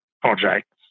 projects